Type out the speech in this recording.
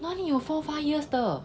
哪里有 four five years 的